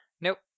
nope